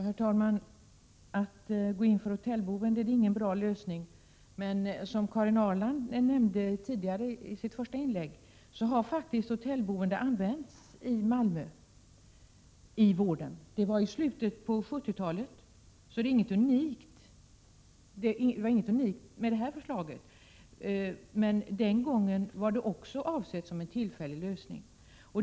Herr talman! Det är ingen bra lösning att gå in för hotellboende, men som Karin Ahrland nämnde i sitt första inlägg har faktiskt hotellboende använts i vården i Malmö i slutet av 1970-talet. Förslaget är alltså inte unikt. Men också den gången var det avsett som en tillfällig lösning.